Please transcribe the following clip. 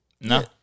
No